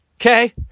okay